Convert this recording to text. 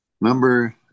Number